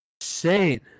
insane